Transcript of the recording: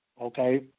okay